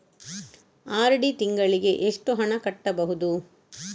RD ತಿಂಗಳಿಗೆ ಎಷ್ಟು ಹಣ ಕಟ್ಟಬಹುದು?